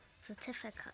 certificate